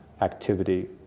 activity